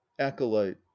acolyte